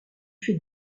fait